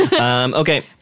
Okay